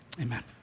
Amen